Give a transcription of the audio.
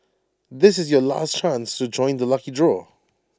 this is your last chance to join the lucky draw